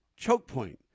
Chokepoint